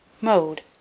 mode